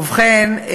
ובכן,